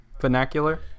Vernacular